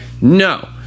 no